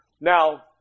Now